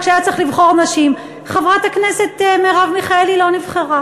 וכשהיה צריך לבחור נשים חברת הכנסת מרב מיכאלי לא נבחרה.